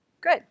Good